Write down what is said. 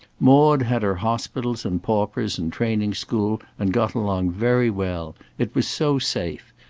maude had her hospitals and paupers and training school, and got along very well. it was so safe.